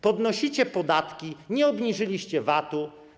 Podnosicie podatki, nie obniżyliście VAT-u.